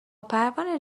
پروانه